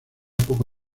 poco